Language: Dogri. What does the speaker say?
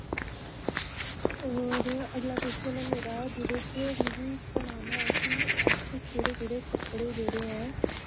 और अगला कोशन ऐ मेरा जेह्दे च मिगी सनाना ऐ कि अस केह्ड़े केह्ड़े कपड़े जेह्ड़े ऐं